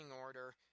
order